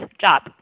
job